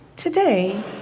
Today